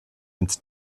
ins